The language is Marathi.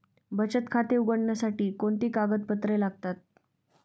बचत खाते उघडण्यासाठी कोणती कागदपत्रे लागतात?